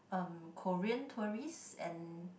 um Korean tourists and